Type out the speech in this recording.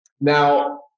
Now